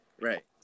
right